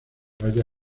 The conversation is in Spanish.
vaya